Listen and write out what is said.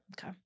Okay